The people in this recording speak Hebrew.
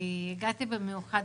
הגעתי במיוחד.